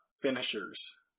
finishers